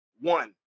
one